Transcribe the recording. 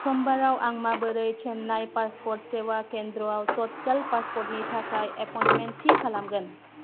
सम्बाराव आं माबोरै चेननाय पासपर्ट सेवा केन्द्रआव टटकाल पासपर्टनि थाखाय एपयमेन्ट थि खालामगोन